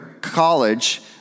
college